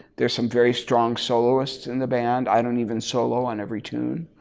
there's some very strong soloists in the band. i don't even solo on every tune.